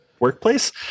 workplace